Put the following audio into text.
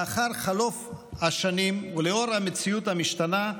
לאחר חלוף השנים ולאור המציאות המשתנה,